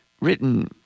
written